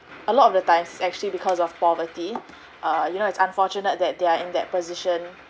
a lot of the times actually because of poverty err you know it's unfortunate that they are in that position